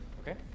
Okay